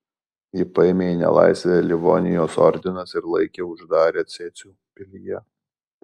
jį paėmė į nelaisvę livonijos ordinas ir laikė uždarę cėsių pilyje